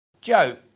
Joe